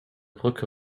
brücke